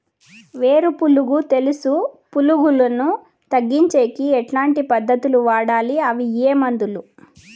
వేరు పులుగు తెలుసు పులుగులను తగ్గించేకి ఎట్లాంటి పద్ధతులు వాడాలి? అవి ఏ మందులు?